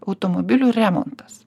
automobilių remontas